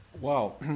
Wow